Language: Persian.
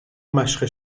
مشق